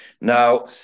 Now